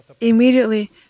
immediately